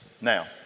Now